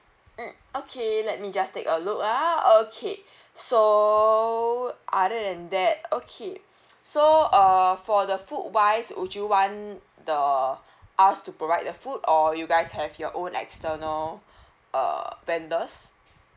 mm okay let me just take a look ah okay so other than that okay so uh for the food wise would you want the us to provide the food or you guys have your own external err vendors